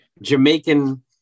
Jamaican